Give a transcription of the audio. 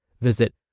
Visit